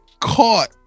caught